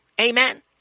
Amen